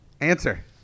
Answer